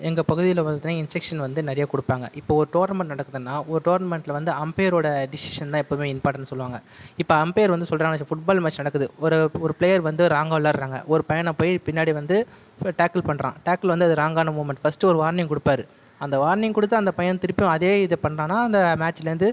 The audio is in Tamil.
எங்கள் பகுதியில் பார்த்தீங்க இன்ஸ்ட்ரக்ஷன் வந்து நிறைய கொடுப்பாங்க இப்போது ஒரு டோர்னமெண்ட் நடக்குதுன்னால் ஒரு டோர்னமெண்ட்டில் வந்து அம்பையரோடய டிஷிஷன் தான் எப்பயுமே இம்பார்ட்டண்ஸ்ன்னு சொல்லுவாங்க இப்போ அம்பையர் வந்து சொல்கிறாங்க ஃபுட் பால் மேட்ச் நடக்குது ஒரு ஒரு பிளேயர் வந்து ராங்காக விளையாடுறாங்க ஒரு பையனை போய் பின்னாடி வந்து டாக்குல் பண்ணுறான் டாக்குல் வந்து அது ராங்கான மூவ்மெண்ட் ஃபர்ஸ்ட் ஒரு வார்னிங் கொடுப்பாரு அந்த வார்னிங் கொடுத்து அந்த பையன் திருப்பி அதே இதை பண்ணுறான்னா அந்த மேட்ச்சிலேருந்து